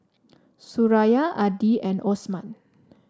Suraya Adi and Osman